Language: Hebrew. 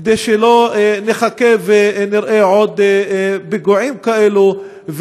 כדי שלא נחכה ונראה עוד פיגועים כאלה,